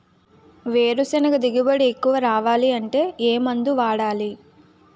వేరుసెనగ దిగుబడి ఎక్కువ రావాలి అంటే ఏ మందు వాడాలి?